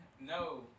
No